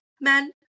men